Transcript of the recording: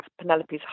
Penelope's